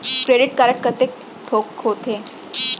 Credit card कतेक ठोक होथे?